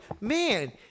man